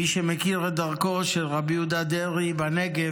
מי שמכיר את דרכו של רבי יהודה דרעי בנגב